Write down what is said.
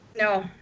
No